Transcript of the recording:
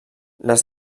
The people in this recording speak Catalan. les